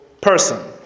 person